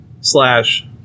Slash